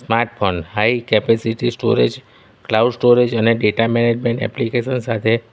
smart phone high capacity storage cloud storage અને data management application સાથે